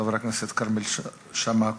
חבר הכנסת כרמל שאמה-הכהן,